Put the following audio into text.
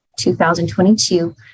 2022